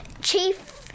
Chief